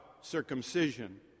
circumcision